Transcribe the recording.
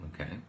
Okay